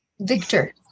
Victor